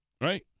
Right